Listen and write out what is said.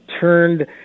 turned